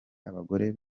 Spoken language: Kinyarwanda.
abagore